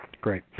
Great